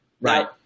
Right